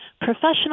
professional